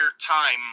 time